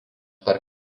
per